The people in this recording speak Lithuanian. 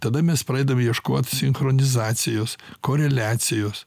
tada mes pradedam ieškot sinchronizacijos koreliacijos